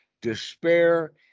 despair